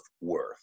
worth